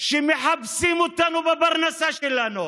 שמחפשים אותנו בפרנסה שלנו,